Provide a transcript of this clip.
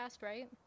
right